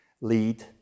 lead